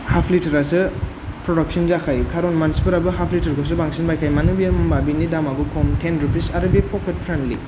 half लिटारासो production जाखायो खारन मानसिफोराबो हाफ लिटार खौसो बांसिन बायखायो मानो होनबा बिनि दामाबो खम टेन रुपिस आरो बे पकेट फ्रेन्दलि